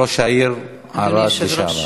ראש העיר ערד לשעבר.